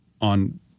on